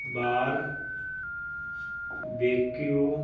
barbeque